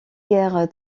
guère